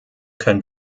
können